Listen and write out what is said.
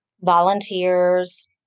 volunteers